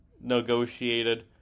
negotiated